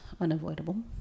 unavoidable